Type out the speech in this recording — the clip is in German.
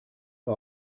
war